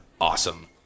Awesome